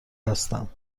هستم